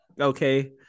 Okay